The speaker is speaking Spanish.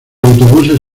autobuses